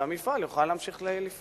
והמפעל יוכל להמשיך לפעול.